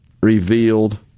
revealed